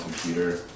computer